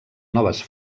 noves